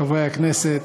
חברי הכנסת,